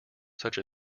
such